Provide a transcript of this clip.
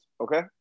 Okay